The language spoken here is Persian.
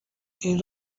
این